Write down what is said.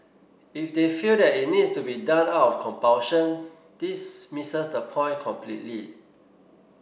if they feel that it needs to be done out of compulsion this misses the point completely